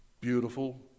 Beautiful